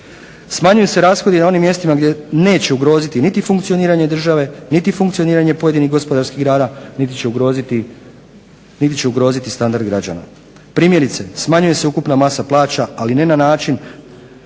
Smanjuju se rashodi i na onim mjestima gdje neće ugroziti niti funkcioniranje države, niti funkcioniranje pojedinih gospodarskih grana niti će ugroziti standard građana. Primjerice, smanjuje se ukupna masa plaća ali ne na način